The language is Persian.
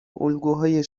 الگوهای